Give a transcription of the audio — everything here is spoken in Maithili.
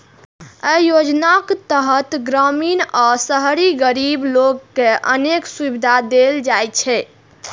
अय योजनाक तहत ग्रामीण आ शहरी गरीब लोक कें अनेक सुविधा देल जाइ छै